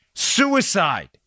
suicide